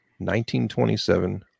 1927